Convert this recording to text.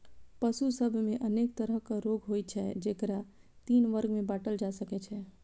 पशु सभ मे अनेक तरहक रोग होइ छै, जेकरा तीन वर्ग मे बांटल जा सकै छै